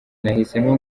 nahisemo